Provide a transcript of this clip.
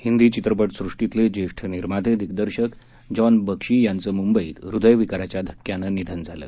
हिंदी चित्रपट सृष्टीतले ज्येष्ठ निर्माते दिगदर्शक जॉन बक्षी यांचं मुंबईत हृदयविकाराच्या धक्क्यानं निधन झालं